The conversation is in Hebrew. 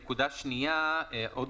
נקודה שניה, עוד